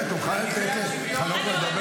אני לא, קטי, את מוכנה לתת לחנוך לדבר?